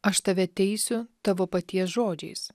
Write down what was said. aš tave teisiu tavo paties žodžiais